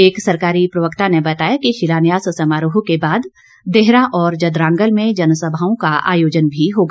एक सरकारी प्रवक्ता ने बताया कि शिलान्यास समारोह के बाद देहरा और जदरांगल में जनसभाओं का आयोजन भी होगा